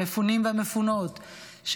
המפונים והמפונות,